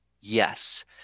Yes